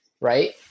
right